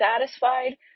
satisfied